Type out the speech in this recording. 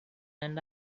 and